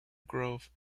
growth